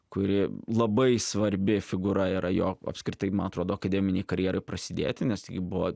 kuri labai svarbi figūra yra jo apskritai man atrodo akademinei karjerai prasidėti nes ji buvo